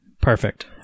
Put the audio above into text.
perfect